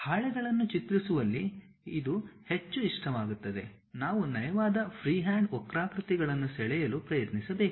ಹಾಳೆಗಳನ್ನು ಚಿತ್ರಿಸುವಲ್ಲಿ ಇದು ಹೆಚ್ಚು ಇಷ್ಟವಾಗುತ್ತದೆ ನಾವು ನಯವಾದ ಫ್ರೀಹ್ಯಾಂಡ್ ವಕ್ರಾಕೃತಿಗಳನ್ನು ಸೆಳೆಯಲು ಪ್ರಯತ್ನಿಸಬೇಕು